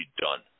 done